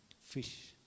fish